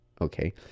Okay